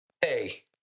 Hey